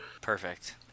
Perfect